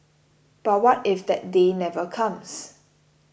but what if that day never comes